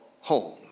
home